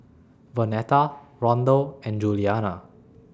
Vonetta Rondal and Julianna